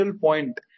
point